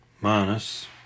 minus